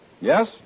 Yes